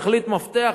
תחליט, מפתח.